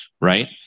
right